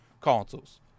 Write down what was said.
consoles